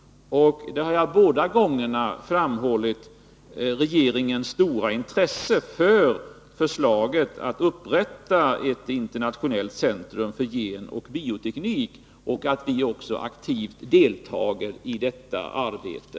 Jag har båda gångerna framhållit regeringens stora intresse för förslaget att upprätta ett internationellt centrum för genoch bioteknik i Sverige och att vi också aktivt vill delta i detta arbete.